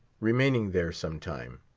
remaining there some time.